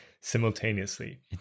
simultaneously